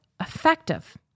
effective